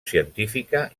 científica